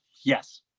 yes